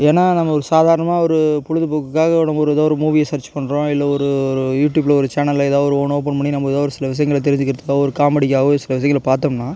ஏன்னா நம்ம ஒரு சாதாரணமாக ஒரு பொழுதுபோக்குக்காக நம்ம எதோ ஒரு மூவியை சர்ச் பண்ணுறோம் இல்லை ஒரு ஒரு யூடியூப்பில ஒரு சேனலில் எதாவது ஒன்று ஓப்பன் பண்ணி நம்ம எதோ ஒரு சில விசியங்களை தெரிஞ்சிக்கிறதுக்கோ ஒரு காமெடிக்காகவோ சில விசியங்களை பார்த்தோம்னா